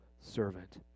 servant